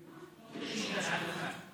שלוש דקות.